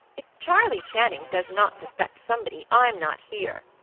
if charley channing does not suspect somebody, i'm not here,